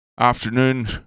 Afternoon